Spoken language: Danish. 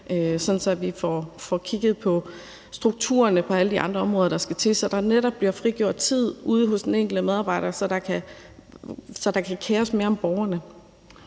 at vi får kigget på strukturerne, der skal til, på alle de andre områder, og så der netop bliver frigjort tid ude hos den enkelte medarbejder, så man kan kere sig mere om borgerne.